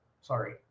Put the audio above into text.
Sorry